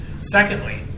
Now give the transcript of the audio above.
secondly